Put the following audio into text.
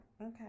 okay